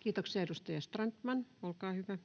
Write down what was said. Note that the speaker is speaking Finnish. Kiitoksia. — Edustaja Strandman, olkaa hyvä.